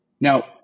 Now